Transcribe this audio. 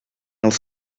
als